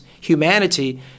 humanity